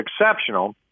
exceptional